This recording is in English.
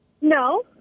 No